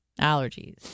Allergies